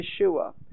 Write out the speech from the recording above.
Yeshua